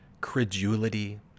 credulity